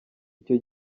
icyo